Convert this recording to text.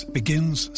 begins